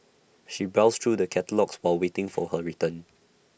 she browsed through the catalogues while waiting for her return